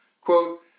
quote